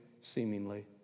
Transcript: seemingly